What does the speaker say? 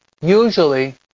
usually